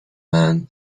man